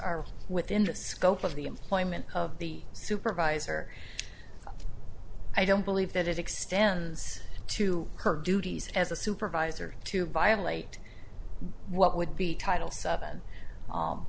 are within the scope of the employment of the supervisor i don't believe that it extends to her duties as a supervisor to violate what would be title seven